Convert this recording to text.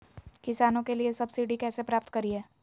किसानों के लिए सब्सिडी कैसे प्राप्त करिये?